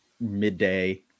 midday